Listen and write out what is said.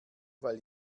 weil